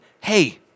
hey